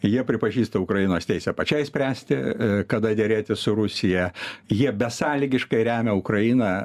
jie pripažįsta ukrainos teisę pačiai spręsti kada derėtis su rusija jie besąlygiškai remia ukrainą